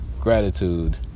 Gratitude